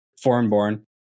foreign-born